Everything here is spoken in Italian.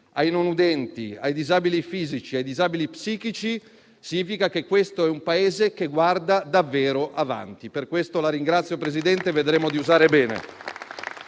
non udenti e disabili fisici e psichici significa che questo è un Paese che guarda davvero avanti. Per questo la ringrazio, Presidente, e vedremo di usare bene